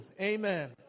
Amen